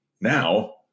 Now